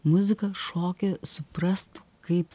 muziką šokį suprastų kaip